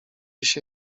się